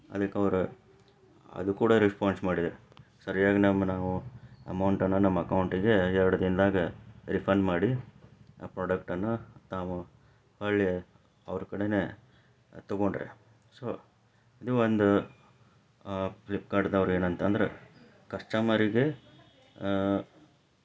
ಅದಿಕ್ಕೆ ಅವರು ಅದು ಕೂಡ ರೆಸ್ಪಾನ್ಸ್ ಮಾಡಿದರು ಸರಿಯಾಗಿ ನಮಗೆ ನಾವು ಅಮೌಂಟನ್ನು ನಮ್ಮ ಅಕೌಂಟಿಗೆ ಎರಡು ದಿನದಾಗ ರಿಫಂಡ್ ಮಾಡಿ ಆ ಪ್ರಾಡಕ್ಟನ್ನು ತಾವು ಹೊಳ್ಳಿ ಅವರ ಕಡೆನೇ ತೊಗೊಂಡ್ರು ಸೋ ಇದು ಒಂದು ಫ್ಲಿಪ್ಕಾರ್ಟ್ದವರು ಏನಂತಂದ್ರೆ ಕಸ್ಟಮರಿಗೆ